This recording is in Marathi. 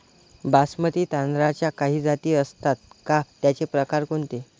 बासमती तांदळाच्या काही जाती असतात का, त्याचे प्रकार कोणते?